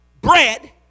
bread